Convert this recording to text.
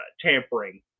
tampering